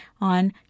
on